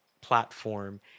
platform